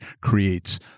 creates